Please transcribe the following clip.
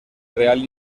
real